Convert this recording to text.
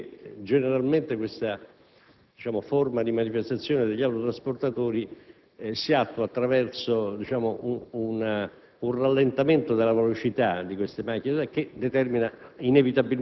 che erano in corso forme di manifestazione all'interno di quello che veniva definito un fermo che erano veri e propri blocchi della circolazione. Generalmente le